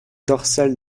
dorsale